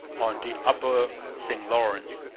on the upper st lawrence,